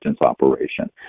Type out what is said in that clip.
operation